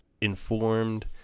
informed